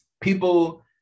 people